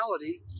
reality